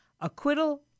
acquittal